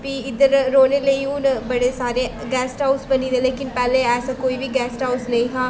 भी इद्धर रौह्ने लेई हून बड़े सारे गैस्ट हाऊस बनी दे लेकिन पैह्लें ऐसा कोई बी गैस्ट हाऊस नेईं हा